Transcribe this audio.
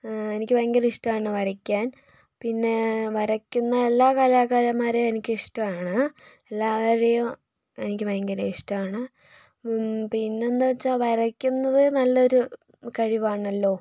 എനിക്ക് ഭയങ്കര ഇഷ്ടമാണ് വരയ്ക്കാൻ പിന്നെ വരയ്ക്കുന്ന എല്ലാ കലാകാരന്മാരേയും എനിക്കിഷ്ടമാണ് എല്ലാവരെയും എനിക്ക് ഭയങ്കര ഇഷ്ടമാണ് പിന്നെന്താണെന്ന് വച്ചാൽ വരയ്ക്കുന്നത് നല്ലൊരു കഴിവാണല്ലോ